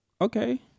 Okay